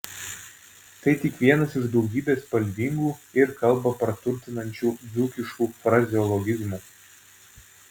tai tik vienas iš daugybės spalvingų ir kalbą praturtinančių dzūkiškų frazeologizmų